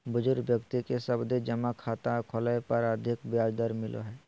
बुजुर्ग व्यक्ति के सावधि जमा खाता खोलय पर अधिक ब्याज दर मिलो हय